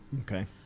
Okay